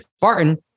Barton